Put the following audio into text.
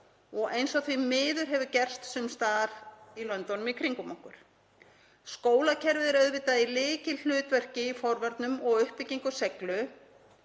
eins og því miður hefur gerst sums staðar í löndunum í kringum okkur. Skólakerfið er auðvitað í lykilhlutverki í forvörnum og uppbyggingu seiglu.